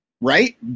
right